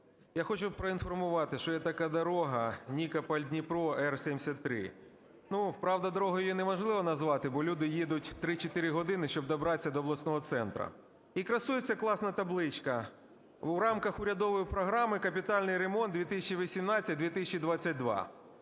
Я хочу проінформувати, що є така дорога Нікополь-Дніпро Р73. Ну, правда, дорогою її неможливо назвати, бо люди їдуть 3-4 години, щоб добратися до обласного центру. І красується класна табличка: "У рамках урядової програми капітальний ремонт 2018-2022".